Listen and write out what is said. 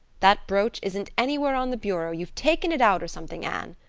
that brooch isn't anywhere on the bureau. you've taken it out or something, anne.